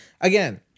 again